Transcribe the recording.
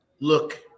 look